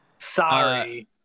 Sorry